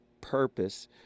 purpose